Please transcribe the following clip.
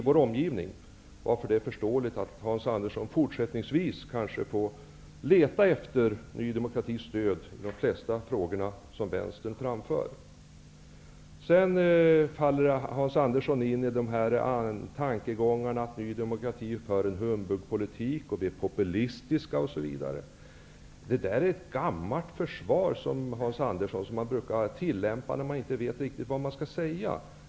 Det är därför förståeligt att Hans Andersson fortsättningsvis kanske får leta efter Ny demokratis stöd i de flesta frågor som Vänstern framför. Hans Andersson faller in i tankegångarna om att Ny demokrati för en humbugpolitik och att vi är populistiska osv. Det där är ett gammalt försvar som man brukar tillämpa när man inte riktigt vet vad man skall säga.